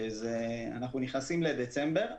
כשאנחנו נכנסים לדצמבר,